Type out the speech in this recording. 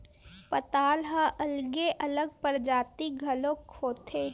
पताल ह अलगे अलगे परजाति घलोक होथे